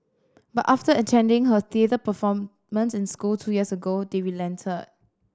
but after attending her theatre performance in school two years ago they relented